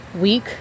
week